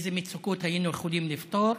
איזה מצוקות היינו יכולים לפתור,